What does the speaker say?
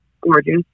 gorgeous